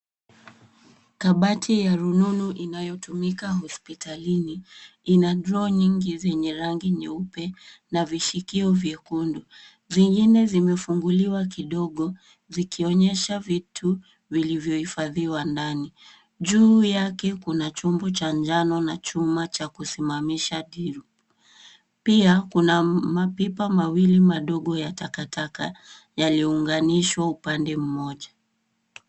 Kabati ya rununu inayotumika hospitalini ina drowa nyingi zenye rangi nyeupe na vishikio vyekundu. Vingine vimefunguliwa kidogo zikionyesha vitu vilivyohifadhiwa ndani. Juu yake kuna chombo cha njano na chuma cha kusimamisha . Pia kuna mapipa mawili ndogo ya taka taka yaliyounganishwa upande mmoja.